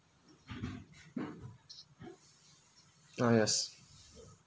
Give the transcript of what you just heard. ah yes